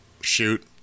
shoot